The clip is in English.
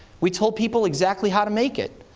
we told people exactly how to make it.